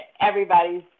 everybody's